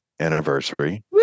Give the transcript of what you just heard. anniversary